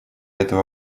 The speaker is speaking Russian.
этого